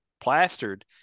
plastered